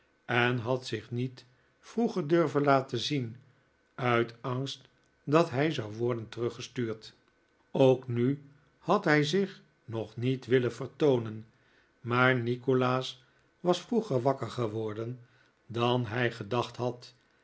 en had zich niet vroeger durven laten zien uit angst dat hij zou worden terug gestuurd ook nu had hij zich nog niet willen vertoonen maar nikolaas was vroeger wakker geworden dan hij gedacht had